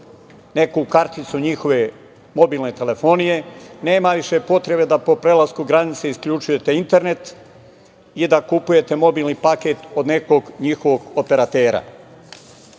neku karticu njihove mobilne telefonije, nema više potrebe da po prelasku granice isključujete internet i da kupujete mobilni paket od nekog njihovog operatera. Mi